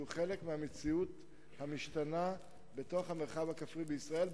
שהוא חלק מהמציאות המשתנה במרחב הכפרי בישראל,